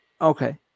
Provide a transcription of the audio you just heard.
Okay